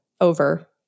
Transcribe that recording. over